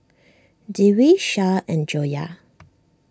Dewi Shah and Joyah